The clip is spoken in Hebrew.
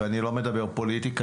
ואני לא מדבר פוליטיקה,